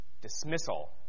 dismissal